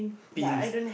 pins